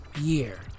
year